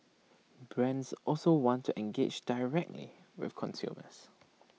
brands also want to engage directly with consumers